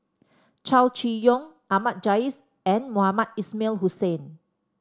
Chow Chee Yong Ahmad Jais and Mohamed Ismail Hussain